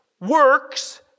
works